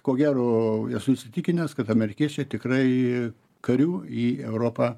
ko gero esu įsitikinęs kad amerikiečiai tikrai karių į europą